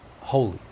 holy